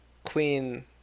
Queen